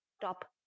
top